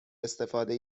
استفاده